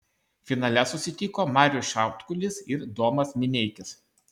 finale susitiko marius šiaudkulis ir domas mineikis